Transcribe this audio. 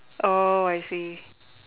oh I see